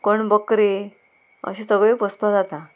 कोण बकरी अशें सगळें पोसपा जाता